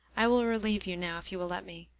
i will relieve you now if you will let me.